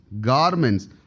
garments